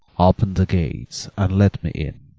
open the gates and let me in.